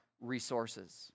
resources